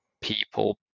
people